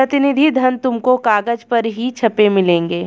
प्रतिनिधि धन तुमको कागज पर ही छपे मिलेंगे